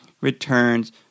returns